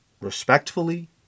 respectfully